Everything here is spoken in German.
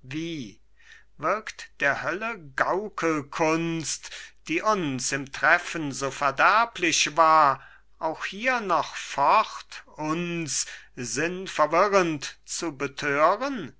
wie wirkt der hölle gaukelkunst die uns im treffen so verderblich war auch hier noch fort uns sinnverwirrend zu betören